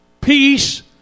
peace